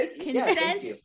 Consent